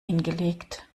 hingelegt